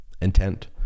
intent